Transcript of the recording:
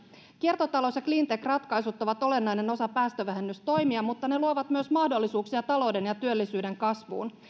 kiertotalous ja cleantech ratkaisut ovat olennainen osa päästövähennystoimia mutta ne luovat myös mahdollisuuksia talouden ja työllisyyden kasvuun